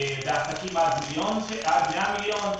לעסקים עד 100 מיליון,